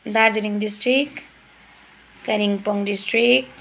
Darjeeling district Kalimpong district